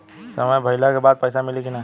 समय भइला के बाद पैसा मिली कि ना?